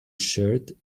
shirt